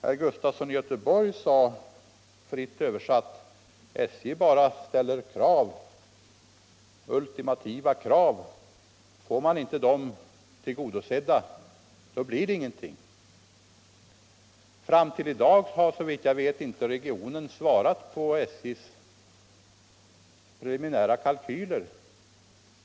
Herr Gustafson i Göteborg sade, fritt återgivet: SJ bara ställer ultimativa krav. Får man inte dem tillgodosedda blir det ingenting. Fram till i dag har såvitt jag vet regionen inte svarat med anledning av SJ:s preliminära kalkyl.